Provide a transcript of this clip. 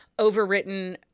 overwritten